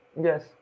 yes